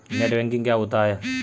Net banking क्या होता है?